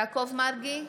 יעקב מרגי,